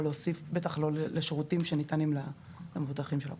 להוסיף לשירותים שניתנים למבוטחים שלנו.